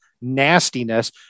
nastiness